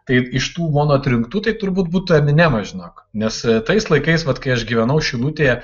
tai iš tų mano atrinktų tai turbūt būtų eminemas žinok nes tais laikais vat kai aš gyvenau šilutėje